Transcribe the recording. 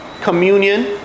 communion